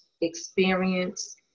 experience